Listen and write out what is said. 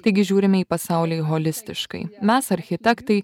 taigi žiūrime į pasaulį holistiškai mes architektai